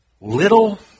Little